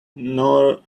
nor